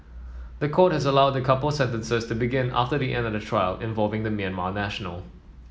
the court has allowed the couple's sentences to begin after the end of the trial involving the Myanmar national